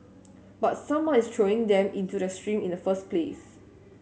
but someone is throwing them into the stream in the first place